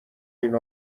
این